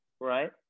Right